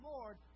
Lord